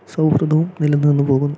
സൗഹൃദവും നിലനിന്ന് പോകുന്നു